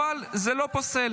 אבל זה לא פוסל.